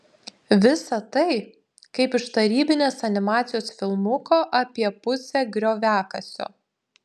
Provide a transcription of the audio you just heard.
visa tai kaip iš tarybinės animacijos filmuko apie pusę grioviakasio